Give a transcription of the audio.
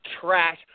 trash